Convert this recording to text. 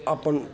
अपन